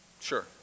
Sure